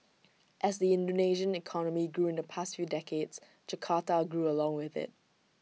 as the Indonesian economy grew in the past few decades Jakarta grew along with IT